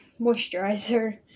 Moisturizer